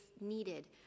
needed